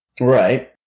Right